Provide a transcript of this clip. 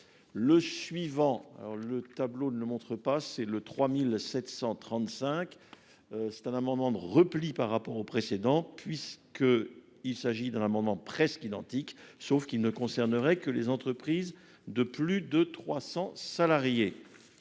Le suivant. Alors le tableau ne montre pas, c'est le 3735. C'est un amendement de repli par rapport au précédent puisque il s'agit d'un amendement presque identique, sauf qu'il ne concernerait que les entreprises de plus de 300 salariés.